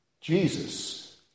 Jesus